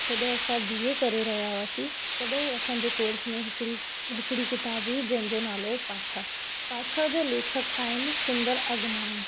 जॾहिं असां बीए करे रहिया हुआसीं तॾहिं असांजे कोर्स में हिकड़ी हिकड़ी किताबु हुई जंहिंजो नालो पाछा पाछा जो लेखक आहिनि सुंदर अगनाणी